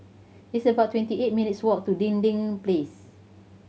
it's about twenty eight minutes' walk to Dinding Place